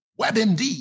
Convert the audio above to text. WebMD